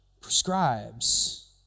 prescribes